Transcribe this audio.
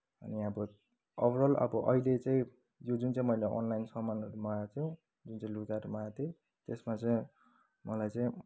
अनि अब ओभरअल अब अहिले चाहिँ यो जुन चाहिँ मैले अनलाइन सामानहरू मगाएको छु जुन चाहिँ लुगाहरू मगाएको थिएँ त्यसमा चाहिँ मलाई चाहिँ